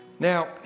Now